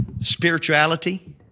spirituality